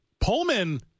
Pullman